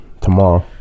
Tomorrow